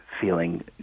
feeling